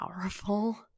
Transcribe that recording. powerful